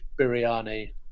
biryani